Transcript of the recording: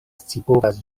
scipovas